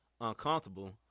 uncomfortable